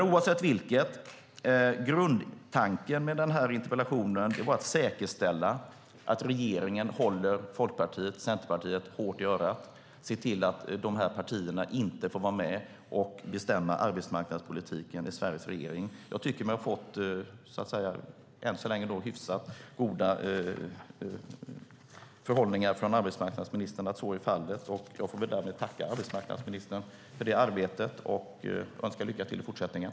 Oavsett vilket är grundtanken med denna interpellation att säkerställa att regeringen håller Folkpartiet och Centerpartiet hårt i örat och ser till att dessa partier inte får vara med och bestämma arbetsmarknadspolitiken i Sveriges regering. Hittills tycker jag mig ha fått hyfsat goda förhållningar från arbetsmarknadsministern kring att så är fallet, så jag får väl därmed tacka arbetsmarknadsministern för det arbetet och önska lycka till i fortsättningen.